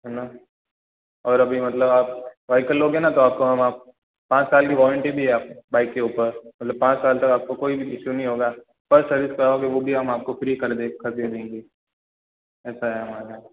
हैं ना और अभी मतलब आप वेहिकल लोगे ना तो आपको हम आप पाँच साल की वारंटी भी है आप बाइक के ऊपर मतलब पाँच साल तक आपको कोई भी इशू नहीं होगा फ़र्स्ट सर्विस कराओगे वो भी हम आपको फ़्री कर दे कर के देंगे ऐसा है हमारा